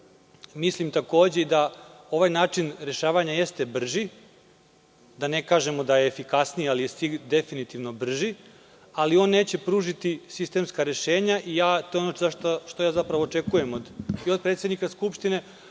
Mislim da ovaj način rešavanja jeste brži, da ne kažemo da je efikasniji, ali je definitivno brži, ali on neće pružiti sistemska rešenja i to je ono što očekujemo i od predsednika Skupštine,